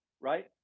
right